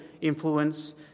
influence